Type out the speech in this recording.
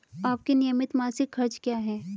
आपके नियमित मासिक खर्च क्या हैं?